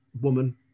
woman